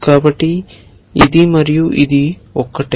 కాబట్టి ఇది మరియు ఇది ఒకటే